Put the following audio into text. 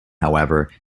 however